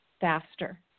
faster